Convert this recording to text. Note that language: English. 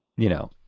you know?